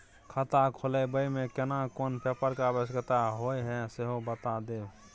खाता खोलैबय में केना कोन पेपर के आवश्यकता होए हैं सेहो बता देब?